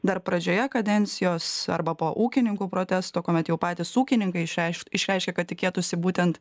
dar pradžioje kadencijos arba po ūkininkų protesto kuomet jau patys ūkininkai išreikš išreiškė kad tikėtųsi būtent